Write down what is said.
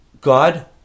God